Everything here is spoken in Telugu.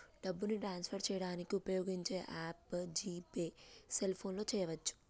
డబ్బుని ట్రాన్స్ఫర్ చేయడానికి ఉపయోగించే యాప్ జీ పే సెల్ఫోన్తో చేయవచ్చు